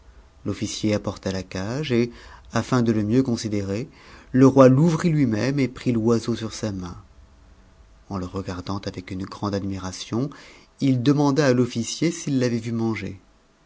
l'ofecier apporta la cage et afin de le mieux considérer je roi l'ouvrit lui-même et prit l'oiseau sur sa main en le regardant avec grande admiration il demanda à l'officier s'il l'avait vu manger